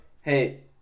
hey